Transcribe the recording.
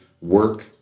work